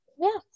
Yes